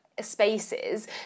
spaces